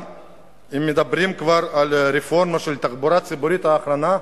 אם כבר מדברים על הרפורמה בתחבורה הציבורית האחרונה,